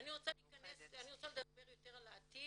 אני רוצה לדבר יותר על העתיד.